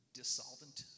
dissolvent